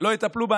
לא יטפלו.